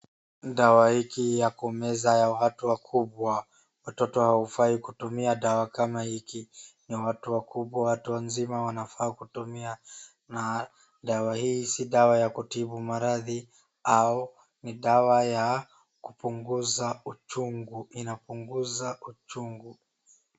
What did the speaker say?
Dawa hiki ya kumeza ya watu wakubwa , watoto hufai kutumia dawa kama hiki ni ya watu wakubwa, watu wazima wanafaa kutumia na dawa hii si dawa ya kutibu maradhi au ni dawa ya kupunguza uchungu inapunguza uchungu .